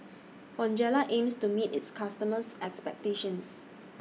Bonjela aims to meet its customers' expectations